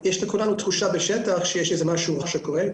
תחושה שיש משהו שקורה,